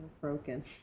broken